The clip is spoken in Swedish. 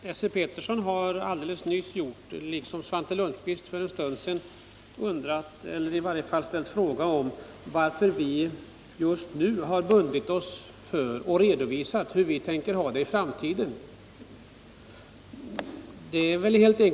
Herr talman! Esse Petersson har alldeles nyss, liksom Svante Lundkvist för en stund sedan, ställt en fråga om varför vi just nu har bundit oss för och redovisat hur vi vill ha det i framtiden.